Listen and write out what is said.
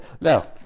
now